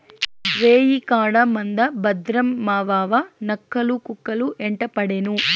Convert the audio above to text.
రేయికాడ మంద భద్రం మావావా, నక్కలు, కుక్కలు యెంటపడేను